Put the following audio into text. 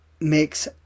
makes